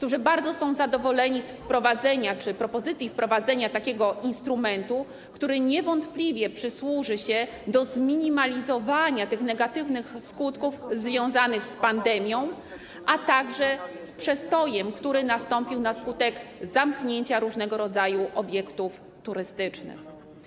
Są oni bardzo zadowoleni z propozycji wprowadzenia takiego instrumentu, który niewątpliwie posłuży do zminimalizowania negatywnych skutków związanych z pandemią, a także z przestojem, który nastąpił na skutek zamknięcia różnego rodzaju obiektów turystycznych.